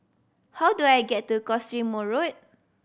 how do I get to Cottesmore Road